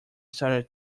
started